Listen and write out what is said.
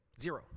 Zero